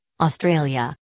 Australia